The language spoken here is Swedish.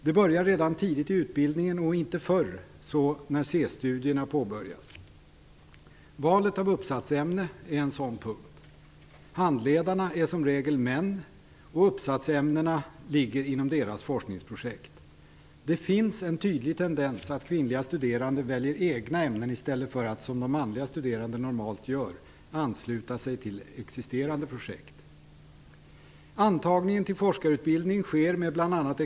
Det börjar redan tidigt i utbildningen och om inte förr så när C-studierna påbörjas. Valet av uppsatsämne är en sådan punkt. Handledarna är som regel män, och uppsatsämnena ligger inom deras forskningsprojekt. Det finns en tydlig tendens att kvinnliga studerande väljer egna ämnen i stället för att, som manliga studerande normalt gör, ansluta sig till redan existerande projekt.